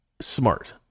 smart